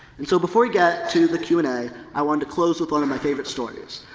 and so, before we get to the q and a i wanted to close with one of my favorite stories.